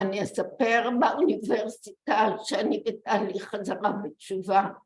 ‫אני אספר באוניברסיטה ‫שאני בתהליך חזרה בתשובה.